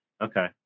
okay